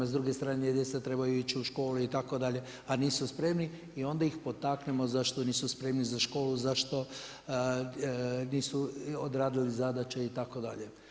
S druge strane djeca trebaju ići u školu itd., a nisu spremni i onda ih potaknemo zašto nisu spremni za školu, zašto nisu odradili zadaće itd.